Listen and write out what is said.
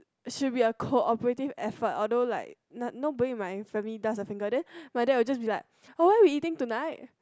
should be a cooperative effort although like no~ nobody in my family does a finger then my dad will be like oh what we eating tonight